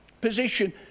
position